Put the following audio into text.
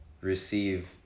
receive